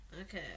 Okay